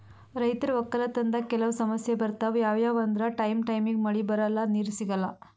ರೈತರ್ ವಕ್ಕಲತನ್ದಾಗ್ ಕೆಲವ್ ಸಮಸ್ಯ ಬರ್ತವ್ ಯಾವ್ಯಾವ್ ಅಂದ್ರ ಟೈಮ್ ಟೈಮಿಗ್ ಮಳಿ ಬರಲ್ಲಾ ನೀರ್ ಸಿಗಲ್ಲಾ